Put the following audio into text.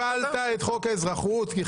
הפלת את חוק האזרחות.